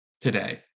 today